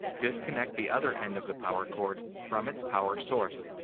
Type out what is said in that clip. disconnect the other end of the power cord from its power source.